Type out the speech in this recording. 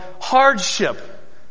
hardship